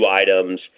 items